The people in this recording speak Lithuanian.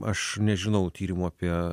aš nežinau tyrimų apie